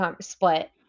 split